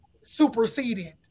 superseded